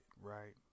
right